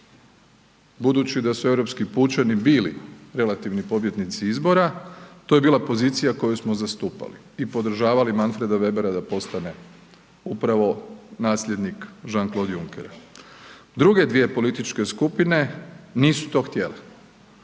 Budući da su europski pučani bili relativni pobjednici izbora, to je bila pozicija koju smo zastupali i podržavali Manfreda Webera da postane upravo nasljednik Jean-Claude Junckera. Druge dvije političke skupine nisu to htjele,